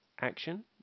action